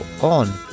on